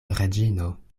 reĝino